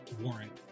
warrant